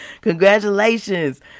Congratulations